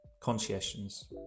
Conscientious